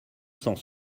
cent